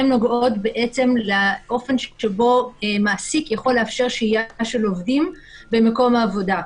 נוגעות לאופן שבו מעסיק יכול לאפשר שהייה של עובדים במקום העבודה.